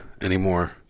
anymore